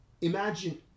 Imagine